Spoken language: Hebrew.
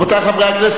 רבותי חברי הכנסת,